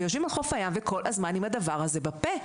ויושבים על חוף הים וכל הזמן עם הדבר הזה בפה,